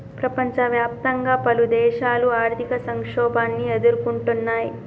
ప్రపంచవ్యాప్తంగా పలుదేశాలు ఆర్థిక సంక్షోభాన్ని ఎదుర్కొంటున్నయ్